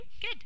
Good